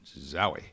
Zowie